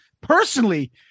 personally